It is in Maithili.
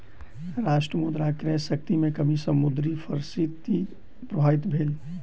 राष्ट्र मुद्रा क्रय शक्ति में कमी सॅ मुद्रास्फीति प्रभावित भेल